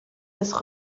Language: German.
des